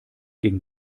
gegen